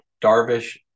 Darvish